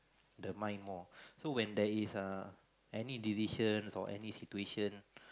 the mind more so when there is err any decision or any situation